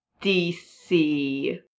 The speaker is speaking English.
DC